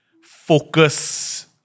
focus